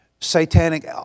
satanic